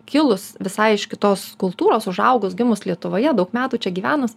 kilus visai iš kitos kultūros užaugus gimus lietuvoje daug metų čia gyvenus